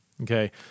okay